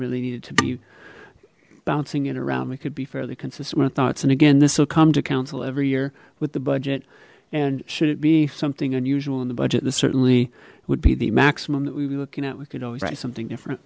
really needed to be bouncing it around we could be further consistent of thoughts and again this will come to council every year with the budget and should it be something unusual in the budget that certainly would be the maximum that we'd be looking at what could always be something different